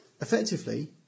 effectively